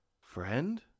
Friend